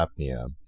apnea